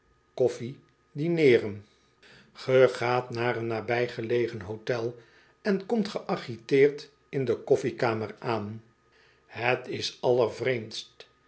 koffie dineeren ge gaat naar een nabijgelegen hotel en komt geagiteerd in de koffiekamer aan het is